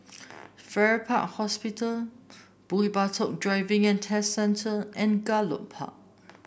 Farrer Park Hospital Bukit Batok Driving And Test Centre and Gallop Park